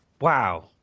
Wow